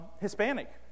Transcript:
Hispanic